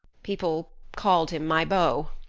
people called him my beau.